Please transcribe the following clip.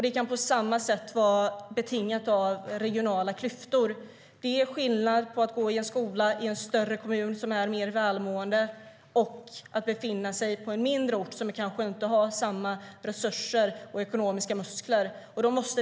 Det kan på samma sätt vara betingat av regionala klyftor. Det är skillnad på att gå i en skola i en större kommun som är mer välmående och att göra det på en mindre ort som kanske inte har samma resurser eller ekonomiska muskler.